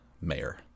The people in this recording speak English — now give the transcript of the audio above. mayor